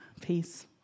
Peace